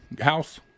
house